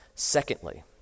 Secondly